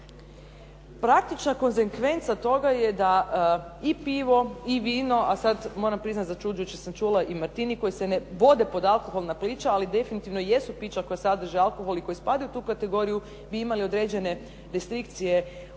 Praktična konzekvenca je da i pivo i vino, a sad moram priznati začuđujuće sam čula i martini koji ne vode pod alkoholna pića. Ali definitivno jesu pića koja sadrže alkohol i koji spadaju u tu kategoriju bi imali određene restrikcije